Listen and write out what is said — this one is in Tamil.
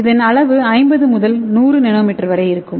இதன் அளவு 50 முதல் 100 என்எம் வரை இருக்கும்